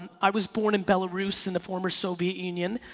and i was born in belarus in the former soviet union.